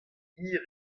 hir